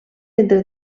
entre